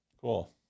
Cool